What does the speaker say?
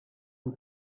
who